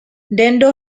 dando